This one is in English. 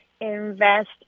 invest